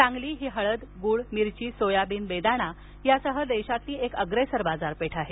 सांगली ही हळद गूळ मिरची सोयाबीन बेदाणा यासह देशातली एक अग्रेसर बाजारपेठ आहे